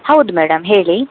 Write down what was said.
ಹೌದು ಮೇಡಮ್ ಹೇಳಿ